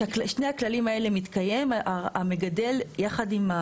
כששני הכללים האלה מתקיימים, המגדל יחד עם,